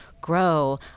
grow